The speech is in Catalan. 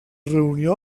reunió